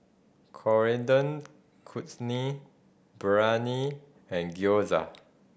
Coriander Chutney Biryani and Gyoza